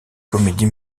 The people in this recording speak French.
comédie